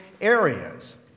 areas